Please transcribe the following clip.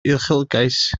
uchelgais